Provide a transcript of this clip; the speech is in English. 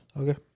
Okay